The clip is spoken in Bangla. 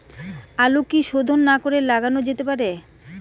আলু কি শোধন না করে লাগানো যেতে পারে?